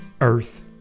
earth